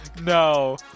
No